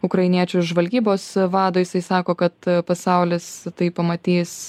ukrainiečių žvalgybos vado jisai sako kad pasaulis tai pamatys